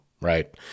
right